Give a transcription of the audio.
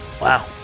Wow